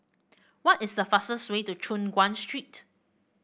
what is the fastest way to Choon Guan Street